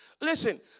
Listen